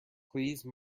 please